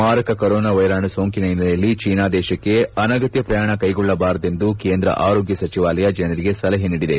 ಮಾರಕ ಕೊರೋನಾ ವೈರಾಣು ಸೋಂಕಿನ ಹಿನ್ನೆಲೆಯಲ್ಲಿ ಚೀನಾ ದೇಶಕ್ಕೆ ಅನಗತ್ತ ಪ್ರಯಾಣ ಕೈಗೊಳ್ಳಬಾರದೆಂದು ಕೇಂದ್ರ ಆರೋಗ್ಯ ಸಚಿವಾಲಯ ಜನರಿಗೆ ಸಲಹೆ ನೀಡಿದೆ